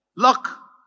Luck